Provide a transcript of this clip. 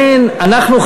לכן אנחנו,